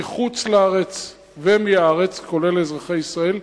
מחוץ-לארץ ומהארץ, כולל אזרחי ישראל,